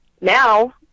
now